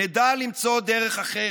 נדע למצוא דרך אחרת.